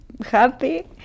happy